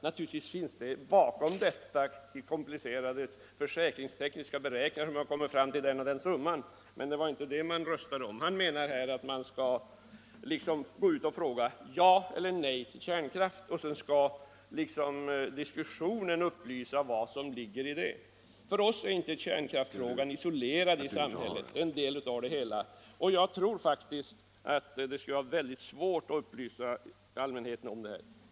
Naturligtvis fanns det bakom detta komplicerade försäkringstekniska be räkningar — hur man kommer fram till den och den summan —- men det var inte det man röstade om. Det sägs här att man skall gå ut och fråga: ja eller nej till kärnkraft? — och så skall diskussionen upplysa om vad som ligger i detta. För oss är inte kärnkraftsfrågan isolerad i samhället, den är en del av det hela. Jag tror faktiskt att det skulle bli mycket svårt att upplysa allmänheten om denna sak.